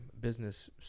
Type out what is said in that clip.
business